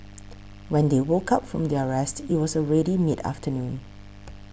when they woke up from their rest it was already mid afternoon